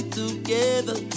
together